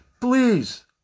Please